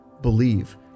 believe